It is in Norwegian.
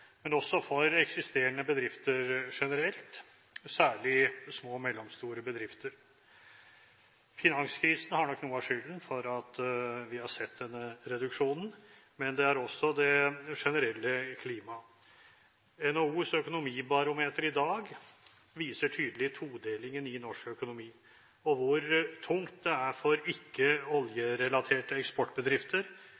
men også for eksisterende bedrifter generelt, og særlig små og mellomstore bedrifter. Finanskrisen har nok noe av skylden for at vi har sett denne reduksjonen, men det har også det generelle klimaet. NHOs økonomibarometer i dag viser tydelig todelingen i norsk økonomi og hvor tungt det er for